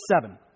seven